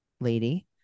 lady